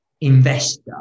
investor